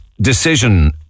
decision